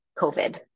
COVID